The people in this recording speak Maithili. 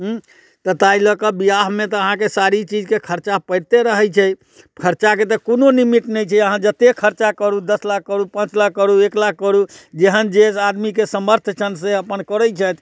हूँ तऽ ताहि लऽ के बिआहमे तऽ अहाँकेँ सारी चीजके खर्चा पड़िते रहैत छै खर्चाके तऽ कोनो निमित नहि छै अहाँ जतेक खर्चा करू दश लाख करू पाँच लाख करू एक लाख करू जेहन जे आदमीके सामर्थ्य छनि से अपन करैत छथि